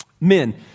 Men